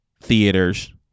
theaters